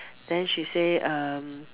then she say um